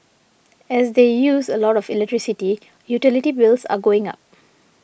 as they use a lot of electricity utility bills are going up